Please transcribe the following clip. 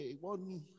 One